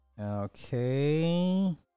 okay